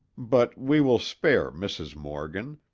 but we will spare mrs. morgan,